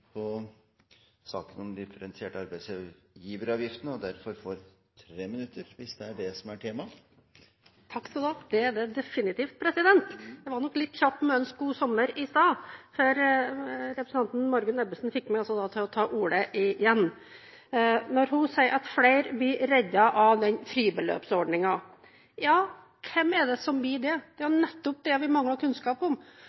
i saken om den differensierte arbeidsgiveravgiften og får derfor 3 minutter – hvis det er det som er temaet? Det er det definitivt, president! Jeg var nok litt kjapp med å ønske god sommer i stad, for representanten Margunn Ebbesen fikk meg altså til å ta ordet igjen. Når hun sier at flere blir reddet av den fribeløpsordningen – ja, hvem er det som blir det? Det er jo nettopp det vi mangler kunnskap om.